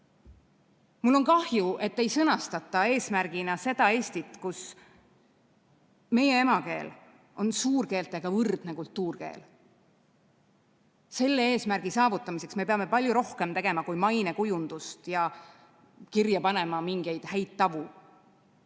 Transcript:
Mul on kahju, et ei sõnastata eesmärgina seda Eestit, kus meie emakeel on suurkeeltega võrdne kultuurkeel. Selle eesmärgi saavutamiseks me peame tegema palju rohkem kui mainekujundust ja kirja panema mingeid häid